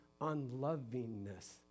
unlovingness